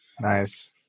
Nice